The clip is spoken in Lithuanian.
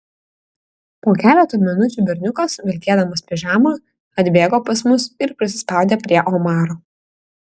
po keleto minučių berniukas vilkėdamas pižamą atbėgo pas mus ir prisispaudė prie omaro